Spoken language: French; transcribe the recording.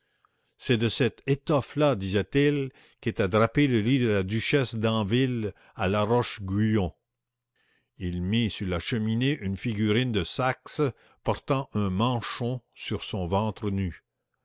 c'est de cette étoffe là disait-il qu'était drapé le lit de la duchesse d'anville à la roche-guyon il mit sur la cheminée une figurine de saxe portant un manchon sur son ventre nu